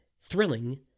thrilling